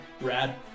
Rad